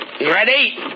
Ready